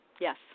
Yes